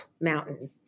mountain